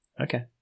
Okay